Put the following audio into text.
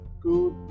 good